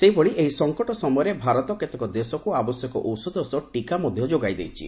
ସେହିଭଳି ଏହି ସଙ୍କଟ ସମୟରେ ଭାରତ କେତେକ ଦେଶକ୍ତ ଆବଶ୍ୟକ ଔଷଧ ସହ ଟିକା ମଧ୍ୟ ଯୋଗାଇ ଦେଇଛି